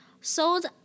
sold